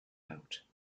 out